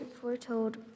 foretold